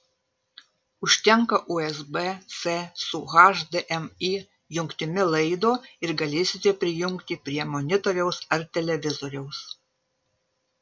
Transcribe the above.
užtenka usb c su hdmi jungtimi laido ir galėsite prijungti prie monitoriaus ar televizoriaus